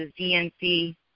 DNC